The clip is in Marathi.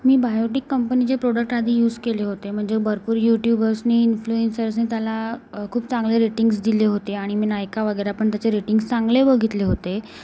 मी बायोटीक कंपनीचे प्रोडक्ट आधी यूज केले होते म्हणजे भरपूर युट्युबर्सनी इन्फ्लुएन्सर्सनी त्याला खूप चांगले रेटींग्ज दिले होते आणि मी नायका वगैरे पण त्याचे रेटींग्ज चांगले बघितले होते